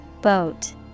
Boat